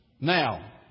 Now